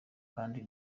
kandi